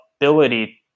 ability